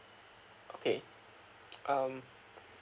okay um